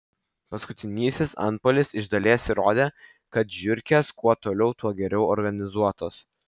paskutinysis antpuolis iš dalies įrodė kad žiurkės kuo toliau tuo geriau organizuotos